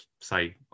say